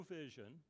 vision